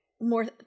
more